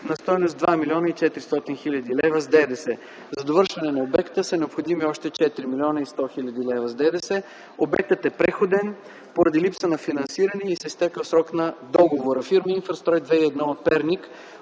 на стойност 2 млн. 400 хил. лв. с ДДС. За довършване на обекта са необходими още 4 млн. 100 хил. лв. с ДДС. Обектът е преходен. Поради липса на финансиране и с изтекъл срок на договора фирма „Инфрастрой 2001” – Перник